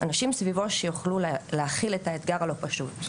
אנשים סביבו שיוכלו להכיל את האתגר הלא פשוט.